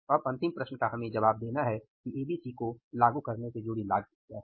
अब अंतिम प्रश्न का हमें जवाब देना है कि एबीसी को लागू करने से जुड़ी लागतें क्या हैं